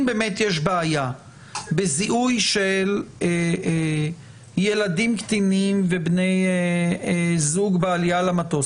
אם באמת יש בעיה בזיהוי של ילדים קטינים ובני זוג בעלייה למטוס,